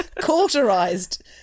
cauterized